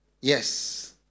Yes